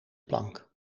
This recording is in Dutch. plank